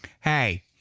Hey